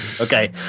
Okay